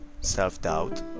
self-doubt